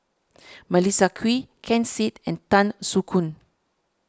Melissa Kwee Ken Seet and Tan Soo Khoon